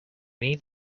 need